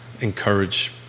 encourage